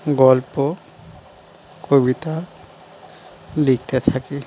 গল্প কবিতা লিখতে থাকি